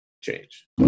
change